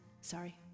Sorry